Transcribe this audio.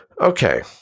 Okay